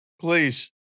Please